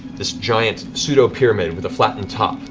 this giant pseudo-pyramid with a flattened top.